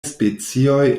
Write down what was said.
specioj